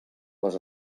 les